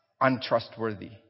untrustworthy